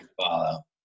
follow